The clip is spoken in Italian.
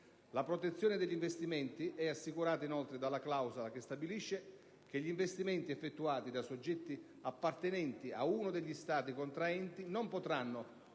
La protezione degli investimenti è assicurata inoltre dalla clausola che stabilisce che gli investimenti effettuati da soggetti appartenenti ad uno degli Stati contraenti non potranno